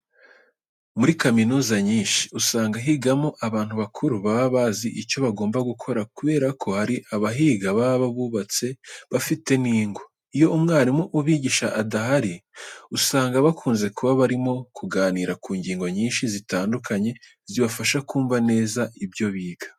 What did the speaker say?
Muri kaminuza nyinshi usanga higamo abantu bakuru baba bazi icyo bagomba gukora kubera ko hari abahiga baba bubatse bafite n'ingo. Iyo umwarimu ubigisha adahari usanga bakunze kuba barimo kuganira ku ngingo nyinshi zitandukanye zibafasha kumva neza ibyo biga.